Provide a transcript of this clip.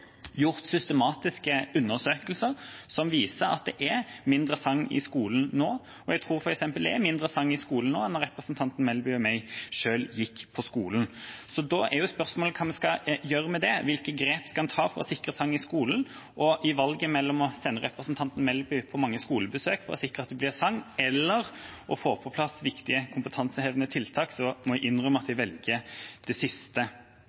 gjort systematiske undersøkelser som viser at det er mindre sang i skolen nå. Jeg tror f.eks. det er mindre sang i skolen nå enn da representanten Melby og jeg gikk på skolen. Da er spørsmålet: Hva skal vi gjøre med det? Hvilke grep skal vi ta for å sikre sang i skolen? I valget mellom å sende representanten Melby på mange skolebesøk for å sikre at det blir sang eller å få på plass viktige kompetansehevende tiltak, må jeg innrømme at jeg velger det siste.